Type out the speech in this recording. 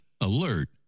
alert